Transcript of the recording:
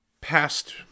past